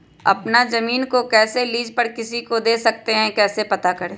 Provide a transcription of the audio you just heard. अपना जमीन को कैसे लीज पर किसी को दे सकते है कैसे पता करें?